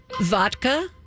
Vodka